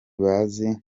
bazi